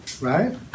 right